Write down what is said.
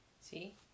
See